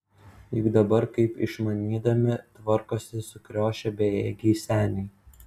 juk dabar kaip išmanydami tvarkosi sukriošę bejėgiai seniai